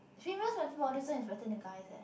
female's metabolism is better than guy's eh